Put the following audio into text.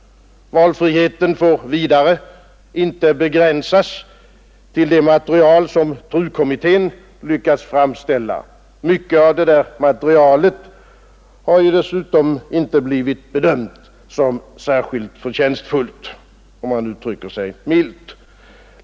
Valfriheten får vidare inte begränsas till det material som TRU-kommittén lyckats framställa. Mycket av det materialet har dessutom inte blivit bedömt som särskilt förtjänstfullt — om jag nu uttrycker mig milt.